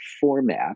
format